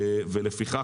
ולפיכך,